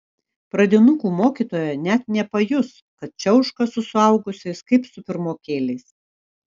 pradinukų mokytoja net nepajus kad čiauška su suaugusiais kaip su pirmokėliais